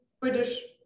British